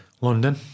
London